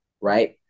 right